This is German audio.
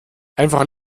einfach